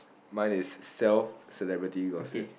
mine is self celebrity gossip